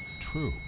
True